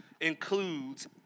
includes